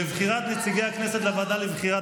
לבחירת נציגי הכנסת לוועדה לבחירת